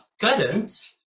current